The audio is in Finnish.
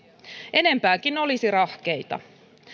enempäänkin olisi rahkeita